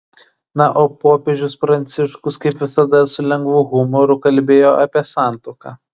na o popiežius pranciškus kaip visada su lengvu humoru kalbėjo apie santuoką